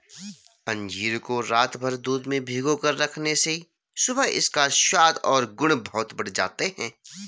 अंजीर को रातभर दूध में भिगोकर रखने से सुबह इसका स्वाद और गुण बहुत बढ़ जाते हैं